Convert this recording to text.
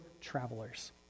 travelers